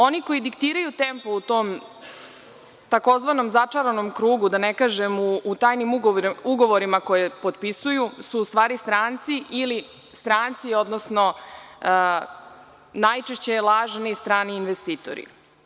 Oni koji diktiraju tempo u tom tzv. začaranom krugu, da ne kažem u tajnim ugovorima koje potpisuju, su u stvari stranci, odnosno najčešće lažni strani investitori.